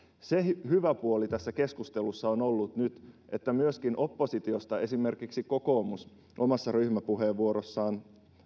se hyvä puoli tässä keskustelussa on nyt ollut että myös oppositiosta esimerkiksi kokoomus omassa ryhmäpuheenvuorossaan